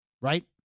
Right